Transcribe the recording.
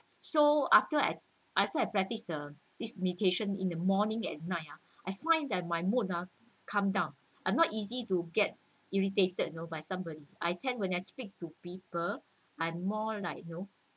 so after I after I practised the this meditation in the morning and night ah I find that my mood ah calm down I'm not easy to get irritated you know by somebody I tend when I speak to people I'm more like you know